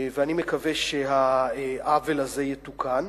ואני מקווה שהעוול הזה יתוקן.